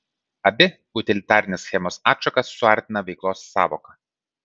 abi utilitarinės schemos atšakas suartina veiklos sąvoka